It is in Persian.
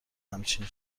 همچین